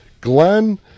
Glenn